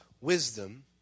wisdom